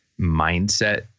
mindset